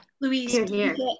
Louise